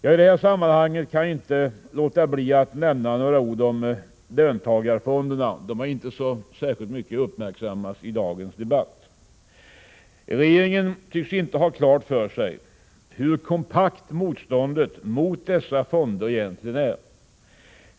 I det här sammanhanget kan jag inte låta bli att nämna några ord om löntagarfonderna; de har inte uppmärksammats särskilt mycket i dagens debatt. Regeringen tycks inte ha haft klart för sig hur kompakt motståndet mot dessa fonder egentligen är.